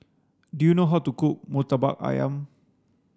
do you know how to cook Murtabak Ayam